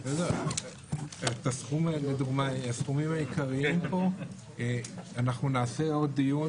על הסכומים העיקריים פה נעשה עוד דיון